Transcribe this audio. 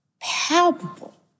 palpable